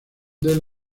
del